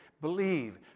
believe